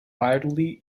wildly